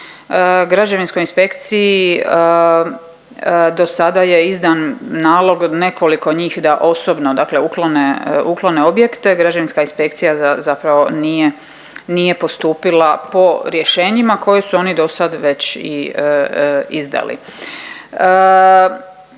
građevinskoj inspekciji do sada je izdan nalog nekoliko njih da osobno dakle uklone objekte, građevinska inspekcija zapravo nije postupila po rješenjima koje su oni dosad već i izdali.